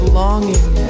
longing